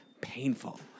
Painful